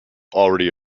already